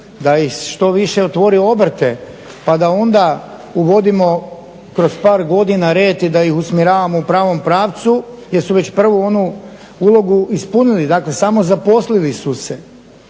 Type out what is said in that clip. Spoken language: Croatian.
da ih što više otvore obrte pa da onda uvodimo kroz par godina red i da ih usmjeravamo u pravom pravcu jer su već prvu onu ulogu ispunili dakle samozaposlili su se.